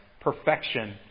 perfection